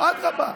אדרבה.